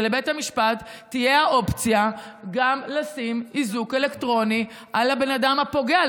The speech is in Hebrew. שלבית המשפט תהיה האופציה גם לשים איזוק אלקטרוני על האדם הפוגע,